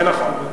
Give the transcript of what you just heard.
נכון.